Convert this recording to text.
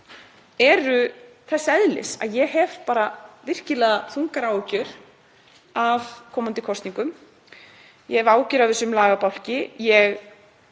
eru þess eðlis að ég hef bara virkilega þungar áhyggjur af komandi kosningum. Ég hef áhyggjur af þessum lagabálki. Ég